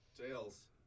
Tails